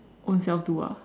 own self do ah